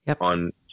on